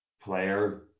player